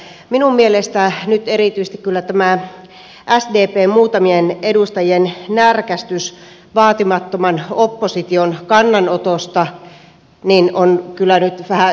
minun mielestäni nyt erityisesti kyllä tämä sdpn muutamien edustajien närkästys vaatimattoman opposition kannanotosta on vähän ylimitoitettua